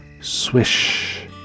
Swish